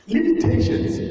Limitations